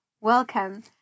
welcome